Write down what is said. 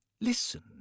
listen